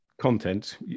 content